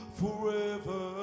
forever